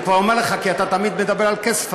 אני כבר אומר לך כי אתה תמיד מדבר על כסף,